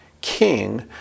king